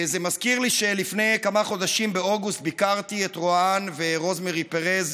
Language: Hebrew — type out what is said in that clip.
זה מזכיר לי שלפני כמה חודשים באוגוסט ביקרתי את רוהן ורוזמרי פרז,